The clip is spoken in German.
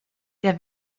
der